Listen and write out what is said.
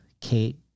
Kate